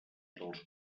dels